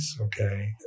okay